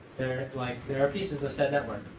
there like there are pieces of said network.